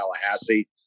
Tallahassee